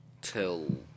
till